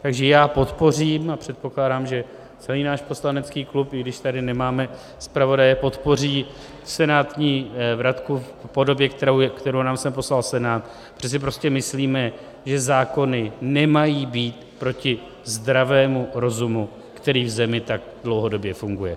Takže já podpořím, a předpokládám, že celý náš poslanecký klub, i když tady nemáme zpravodaje, podpoří senátní vratku v podobě, kterou nám sem poslal Senát, protože si prostě myslíme, že zákony nemají být proti zdravému rozumu, který v zemi tak dlouhodobě funguje.